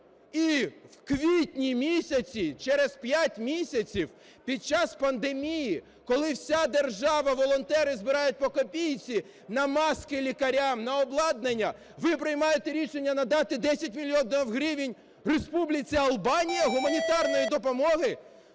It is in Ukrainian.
і в квітні місяці, через п’ять місяців, під час пандемії, коли вся держава, волонтери збирають по копійці на маски лікарям, на обладнання, ви приймаєте рішення надати 10 мільйонів гривень Республіці Албанія гуманітарної допомоги?